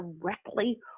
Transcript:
directly